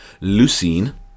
leucine